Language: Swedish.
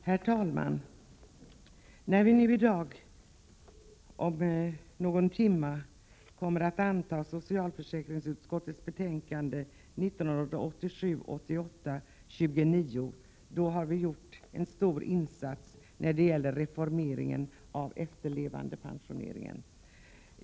Herr talman! När vi i dag om någon timme kommer att anta socialförsäkringsutskottets betänkande 1987/88:29, har vi gjort en stor insats när det gäller reformeringen av efterlevandepensioneringen.